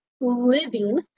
living